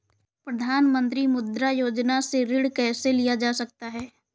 प्रधानमंत्री मुद्रा योजना से ऋण कैसे लिया जा सकता है?